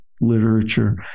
Literature